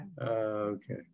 Okay